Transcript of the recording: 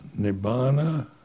Nibbana